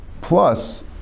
plus